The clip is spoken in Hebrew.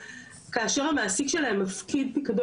זה צריך לבוא גם ליידי ביטוי בתלוש השכר שלהם,